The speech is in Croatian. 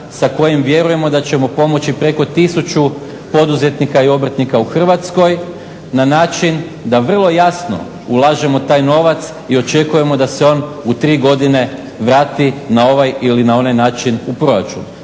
sa kojim vjerujemo da ćemo pomoći preko tisuću poduzetnika i obrtnika u Hrvatskoj na način da vrlo jasno ulažemo taj novac i očekujemo da se on u tri godine vrati na ovaj ili na onaj način u proračun